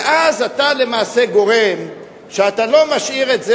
ואז אתה למעשה גורם לכך שאתה לא משאיר את זה